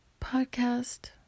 podcast